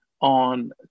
on